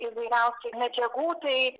įvairiausių medžiagų tai